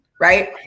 right